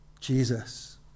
Jesus